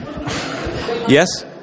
Yes